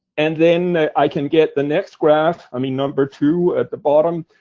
and then, i can get the next graph, i mean, number two, at the bottom,